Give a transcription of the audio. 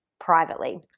privately